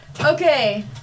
Okay